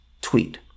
tweet